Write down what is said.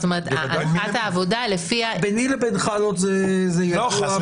ביני לבינך זה ידוע.